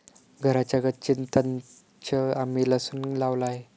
घराच्या गच्चीतंच आम्ही लसूण लावला आहे